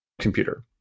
computer